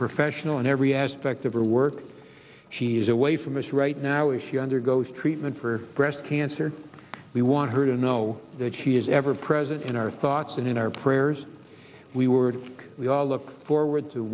professional in every aspect of her work she is away from us right now as he undergoes treatment for breast cancer we want her to know that he is ever present in our thoughts and in our prayers we would we all look forward to